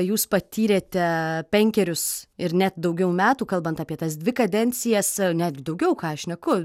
jūs patyrėte penkerius ir net daugiau metų kalbant apie tas dvi kadencijas ar ne daugiau ką šneku